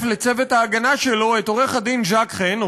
לצוות ההגנה שלו את עורך הדין ז'ק חן,